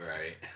Right